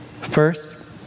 First